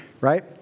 right